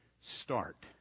start